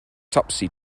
topsy